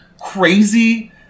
crazy